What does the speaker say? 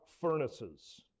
furnaces